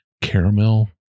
caramel